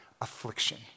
affliction